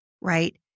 right